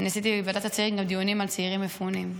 עשיתי בוועדת הצעירים גם דיונים על צעירים מפונים.